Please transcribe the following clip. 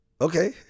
okay